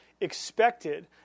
expected